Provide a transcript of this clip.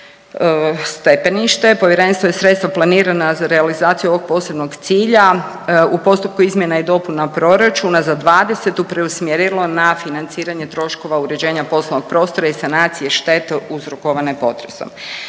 i stepenište, povjerenstvo je sredstva planirana za realizaciju ovog posebnog cilja u postupku izmjena i dopuna proračuna za '20. preusmjerilo na financiranje troškova uređenja poslovnog prostora i sanacije štete uzrokovane potresom.